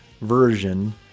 version